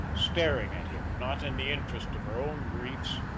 staring at him not in the interest of her own griefs,